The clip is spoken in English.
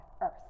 earth